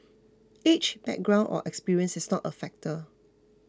age background or experiences is not a factor